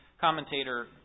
commentator